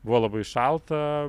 buvo labai šalta